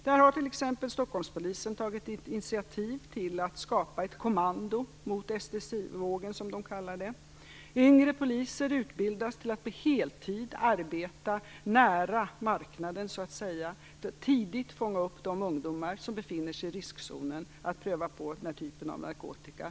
Där har exempelvis Stockholmspolisen tagit initiativ till att skapa ett kommando mot den s.k. ecstasyvågen. Yngre poliser utbildas till att på heltid arbeta nära marknaden så att säga för att tidigt fånga upp de ungdomar som befinner sig i riskzonen när det gäller att pröva på den här typen av narkotika.